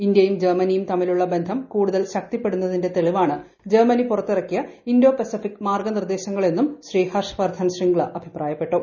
ഇന്ത്യയും ജർമനിയും തമ്മിലുള്ളബന്ധം കൂടുതൽ ശക്തിപ്പെടുന്നതിന്റെ തെളിവാണ് ജർമനി പുറത്തിറക്കിയ ഇൻഡോ പസഫിക് മാർഗ്ഗനിർദ്ദേശങ്ങൾ എന്നും ശ്രീ ഹർഷ് വർധൻ ശൃംഗ്ല അഭിപ്രായപ്പെട്ടു